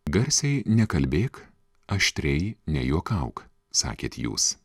garsiai nekalbėk aštriai nejuokauk sakėt jūs